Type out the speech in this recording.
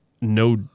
no